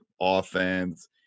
offense